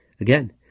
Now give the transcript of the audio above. Again